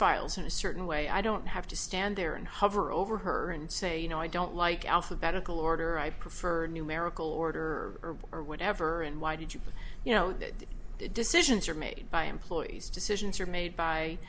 files in a certain way i don't have to stand there and hover over her and say you know i don't like alphabetical order i prefer numerical order or whatever and why did you you know that decisions are made by employees decisions are made by